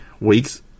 weeks